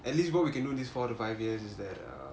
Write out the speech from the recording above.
at least what we can do this four to five years is that uh